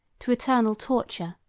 to eternal torture,